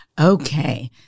Okay